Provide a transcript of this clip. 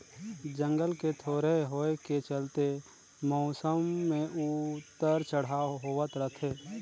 जंगल के थोरहें होए के चलते मउसम मे उतर चढ़ाव होवत रथे